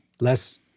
less